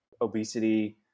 obesity